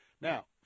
Now